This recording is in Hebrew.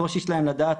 הקושי שלהם לדעת,